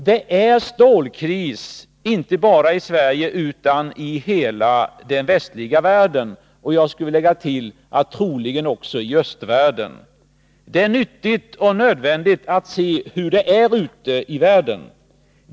Det är stålkris inte bara i Sverige, utan i hela den västliga världen, och jag skulle vilja tillägga att detta troligen också är fallet i östvärlden. Det är nyttigt och nödvändigt att se hur det förhåller sig ute i världen.